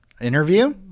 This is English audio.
Interview